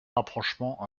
rapprochement